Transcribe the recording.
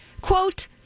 quote